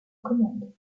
commande